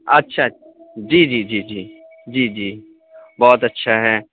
اچھا جی جی جی جی جی جی بہت اچھا ہے